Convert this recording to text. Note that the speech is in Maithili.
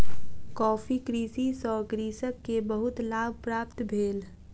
कॉफ़ी कृषि सॅ कृषक के बहुत लाभ प्राप्त भेल